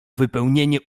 wypełnienie